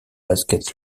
basket